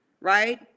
right